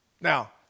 Now